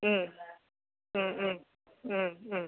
ഉം ഉം ഉം ഉം ഉം